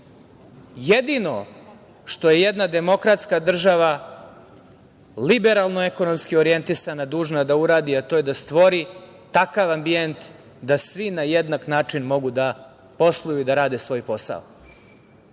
jedino što je jedna demokratska država liberalno-ekonomski orjentisana dužna da uradi, a to je da stvori takav ambijent da svi na jednak način mogu da posluju i da rade svoj posao.Zašto